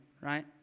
right